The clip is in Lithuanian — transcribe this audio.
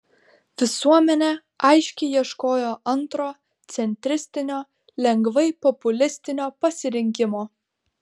visuomenė aiškiai ieškojo antro centristinio lengvai populistinio pasirinkimo